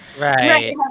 Right